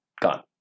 Gone